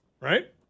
Right